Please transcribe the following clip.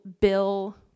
bill